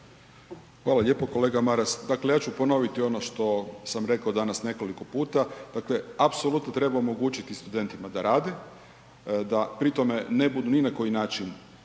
Hvala lijepo kolega Maras. Dakle, ja ću ponoviti ono što sam rekao danas nekoliko puta, dakle apsolutno treba omogućiti studentima da rade, da pri tome ne budu ni na koji način